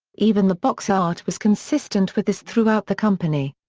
even the box art was consistent with this throughout the company.